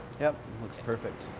yeah it's perfect.